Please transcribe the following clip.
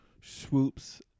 Swoops